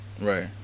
Right